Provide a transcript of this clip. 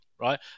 right